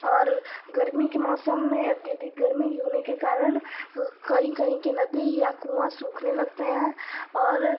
और गर्मी के मौसम में अत्यधिक गर्मी होने के कारण कहीं कहीं की नदी या कुआँ सूखने लगते हैं और